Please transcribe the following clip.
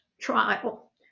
trial